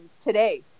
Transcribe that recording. today